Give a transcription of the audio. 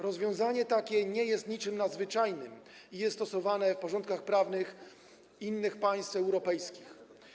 Rozwiązanie takie nie jest niczym nadzwyczajnym i jest stosowane w porządkach prawnych innych państw europejskich.